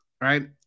right